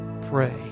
Pray